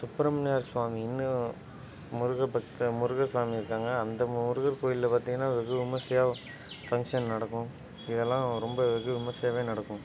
சுப்ரமணியார் சுவாமின்னு முருக பக்த முருகர்சாமி இருக்காங்க அந்த முருகர் கோயிலில் பார்த்திங்கனா வெகு விமர்சையாக ஃபங்க்ஷன் நடக்கும் இதெல்லாம் ரொம்ப வெகு விமர்சையாகவே நடக்கும்